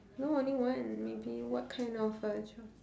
no only one maybe what kind of a ch~